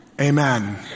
amen